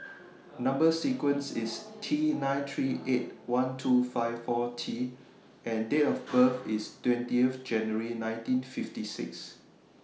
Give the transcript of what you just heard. Number sequence IS T nine three eight one two five four T and Date of birth IS twentieth January nineteen fifty six